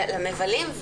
למבלים.